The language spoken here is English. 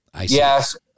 Yes